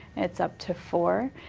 it's up to four.